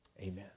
Amen